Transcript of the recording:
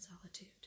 solitude